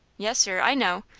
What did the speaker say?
yes, sir i know,